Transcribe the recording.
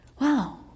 Wow